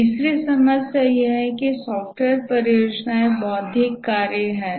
तीसरी समस्या यह है कि सॉफ्टवेयर परियोजनाएँ बौद्धिक कार्य हैं